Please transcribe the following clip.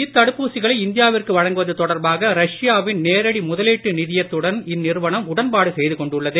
இத்தடுப்பூசிகளை இந்தியாவிற்கு வழங்குவது தொடர்பாக ரஷ்யாவின் நேரடி முதலீட்டு நிதியத்துடனும் இந்நிறுவனம் உடன்பாடு செய்து கொண்டுள்ளது